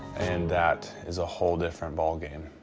and that is a whole different ballgame.